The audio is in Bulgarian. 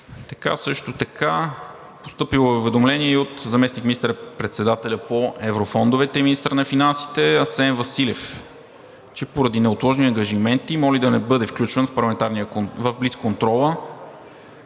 ч. Също така е постъпило уведомление от заместник министър-председателя по еврофондовете и министър на финансите Асен Василев, че поради неотложни ангажименти моли да не бъде включван в блицконтрола